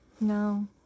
No